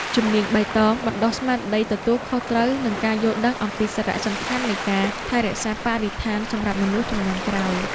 ជំនាញបៃតងបណ្តុះស្មារតីទទួលខុសត្រូវ និងការយល់ដឹងអំពីសារៈសំខាន់នៃការថែរក្សាបរិស្ថានសម្រាប់មនុស្សជំនាន់ក្រោយ។